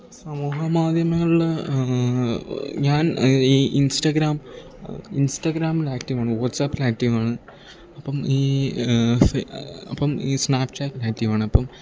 സമൂഹ മാധ്യമങ്ങളിൽ ഞാൻ ഈ ഇൻസ്റ്റഗ്രാം ഇൻസ്റ്റാഗ്രാമിൽ ആക്റ്റീവാണ് വാട്സാപ്പിലാക്റ്റീവാണ് അപ്പം ഈ സെ അപ്പം ഈ സ്നാപ് ചാറ്റിൽ ആക്റ്റീവാണപ്പം